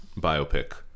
biopic